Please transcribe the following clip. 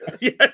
Yes